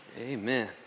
Amen